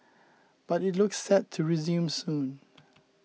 but it looks set to resume soon